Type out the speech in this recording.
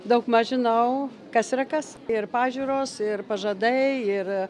daugmaž žinau kas yra kas ir pažiūros ir pažadai ir